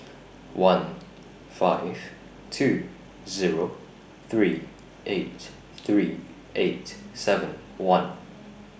one five two Zero three eight three eight seven one